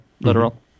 literal